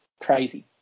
Crazy